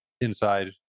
inside